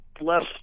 less